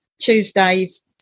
Tuesdays